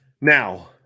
Now